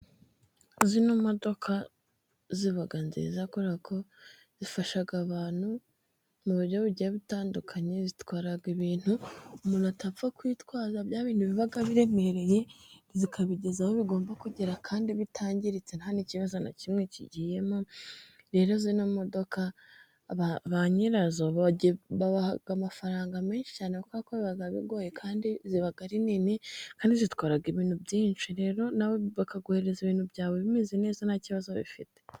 Zino modoka ziba nziza kubera ko zifasha abantu mu buryo biryo butandukanye. Zitwara ibintu umuntu atapfa kwitwaza. Bya bintu biba biremereye zikabigeza aho bigomba kugera, kandi bitangiritse, nta n'ikibazo na kimwe kigiyemo. Rero zino modoka ba nyirazo babaha amafaranga menshi cyane, kuko biba bigoye kandi ziba ari nini, kandi zitwara ibintu byinshi. Rero nawe bakaguhereza ibintu byawe bimeze neza nta kibazo bifite.